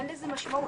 אין לזה משמעות.